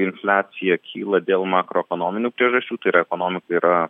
infliacija kyla dėl makroekonominių priežasčių tai yra ekonomika yra